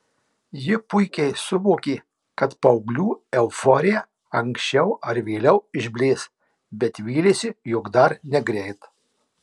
ji puikiai suvokė kad paauglių euforija anksčiau ar vėliau išblės bet vylėsi jog dar negreit